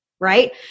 right